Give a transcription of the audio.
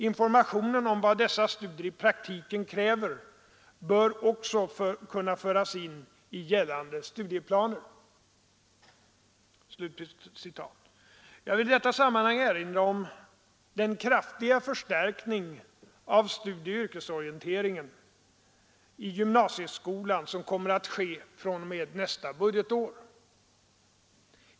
Information om vad dessa studier i praktiken kräver bör också kunna föras in i gällande studieplaner.” Jag vill i detta sammanhang erinra om den kraftiga förstärkning av studieoch yrkesorienteringen i gymnasieskolan som kommer att ske fr.o.m. nästa budgetår.